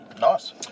Nice